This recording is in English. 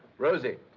rosie.